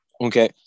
Okay